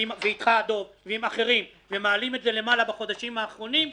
ועם דב חנין ועם אחרים ומעלים את זה למעלה בחודשים האחרונים,